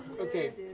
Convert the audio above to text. Okay